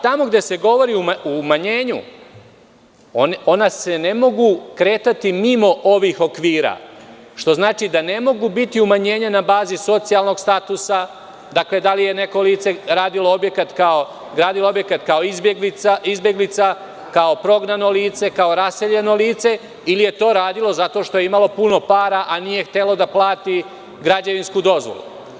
Tamo gde se govori o umanjenju, ona se ne mogu kretati mimo ovih okvira, što znači da ne mogu biti umanjenja na bazi socijalnog statusa, da li je neko lice radilo objekat kao izbeglica, kao prognano lice, kao raseljeno lice ili je to radilo zato što je imalo puno para, a nije htelo da plati građevinsku dozvolu.